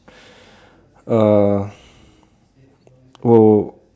uh oh